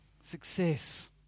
success